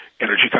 energy